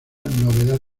novedad